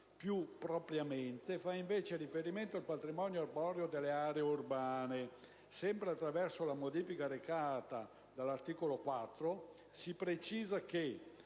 più propriamente, fa invece riferimento al patrimonio arboreo delle aree urbane. Sempre attraverso la modifica recata dall'articolo 3 del Testo